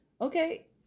Okay